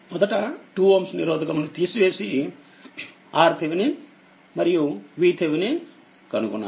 మొదట 2Ωనిరోధకము ను తీసివేసి RThevenini మరియు VThevenin కనుగొనాలి